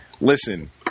Listen